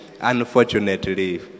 Unfortunately